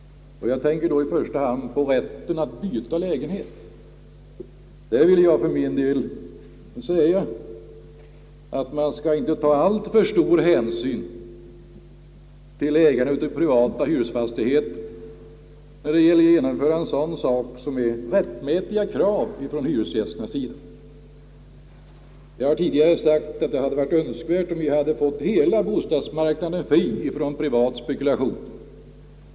Jag tänker då i första hand på rätten att byta lägenhet. Där vill jag för min del säga att man inte skall ta alltför stor hänsyn till ägarna av privata hyresfastigheter när det gäller att genomföra en sådan sak som är ett rättmätigt krav från hyresgästernas sida. Jag har tidigare sagt att det vore önskvärt att få hela bostadsmarknaden fri från privat spekulation.